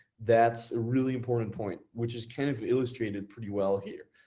that's a really important point, which is kind of illustrated pretty well here.